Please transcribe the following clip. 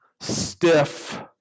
stiff